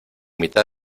mitad